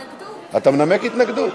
אתה מנמק התנגדות.